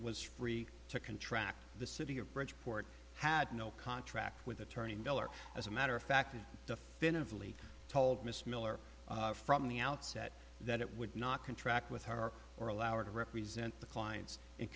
was free to contract the city of bridgeport had no contract with attorney miller as a matter of fact definitively told miss miller from the outset that it would not contract with her or allow her to represent the clients in